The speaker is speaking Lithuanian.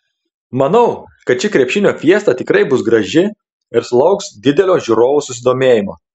manau kad ši krepšinio fiesta tikrai bus graži ir sulauks didelio žiūrovų susidomėjimo